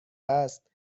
است